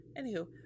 anywho